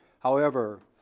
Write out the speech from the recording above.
however,